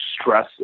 stress